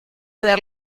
del